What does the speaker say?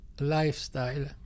lifestyle